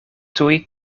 tuj